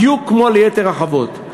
בדיוק כמו ליתר החוות.